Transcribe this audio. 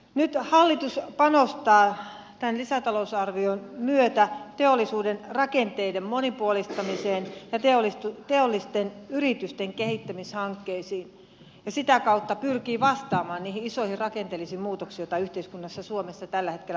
nyt hallitus panostaa tämän lisätalousarvion myötä teollisuuden rakenteiden monipuolistamiseen ja teollisten yritysten kehittämishankkeisiin ja sitä kautta pyrkii vastaamaan niihin isoihin rakenteellisiin muutoksiin joita yhteiskunnassa suomessa tällä hetkellä tapahtuu